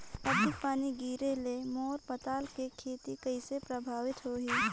अधिक पानी गिरे ले मोर पताल के खेती कइसे प्रभावित होही?